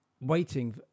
waiting